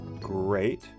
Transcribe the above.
great